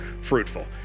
fruitful